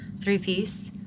three-piece